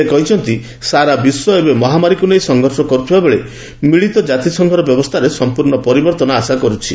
ସେ କହିଛନ୍ତି ସାରା ବିଶ୍ୱ ଏବେ ମହାମାରୀକୁ ନେଇ ସଂଘର୍ଷ କରୁଥିବା ବେଳେ ମିଳିତ କ୍ଷାତିସଂଘର ବ୍ୟବସ୍ଥାରେ ସମ୍ପୂର୍ଣ୍ଣ ପରିବର୍ତ୍ତନ ଆଶା କରୁଛି